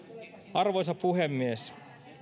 arvoisa puhemies